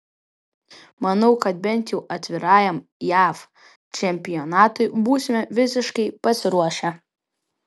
manau kad bent jau atvirajam jav čempionatui būsime visiškai pasiruošę